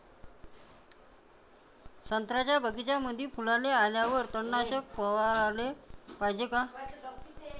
संत्र्याच्या बगीच्यामंदी फुलाले आल्यावर तननाशक फवाराले पायजे का?